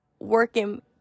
working